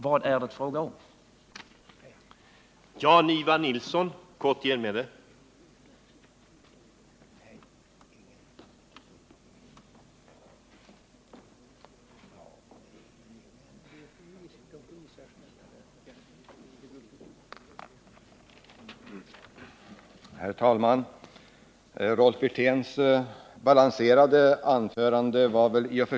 Vad är det egentligen fråga om?